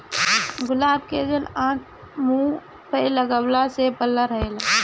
गुलाब के जल आँख, मुंह पे लगवला से पल्ला रहेला